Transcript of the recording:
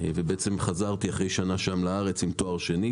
ובעצם חזרתי אחרי שנה שם לארץ עם תואר שני,